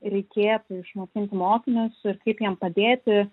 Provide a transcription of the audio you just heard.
reikėtų išmokinti mokinius ir kaip jiem padėti